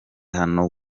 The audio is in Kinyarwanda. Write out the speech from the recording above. hano